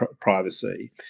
privacy